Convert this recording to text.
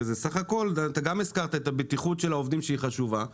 אתה גם הזכרת את הבטיחות של העובדים שהיא חשובה,